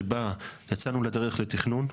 שבה יצאנו לדרך לתכנון,